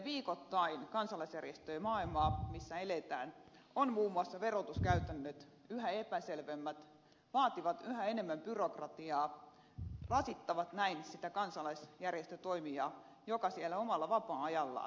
kun kuuntelen viikoittain missä kansalaisjärjestöjen maailmassa eletään niin siellä muun muassa verotuskäytännöt ovat entistä epäselvemmät vaativat yhä enemmän byrokratiaa rasittavat näin sitä kansalaisjärjestötoimijaa joka siellä omalla vapaa ajallaan tätä tekee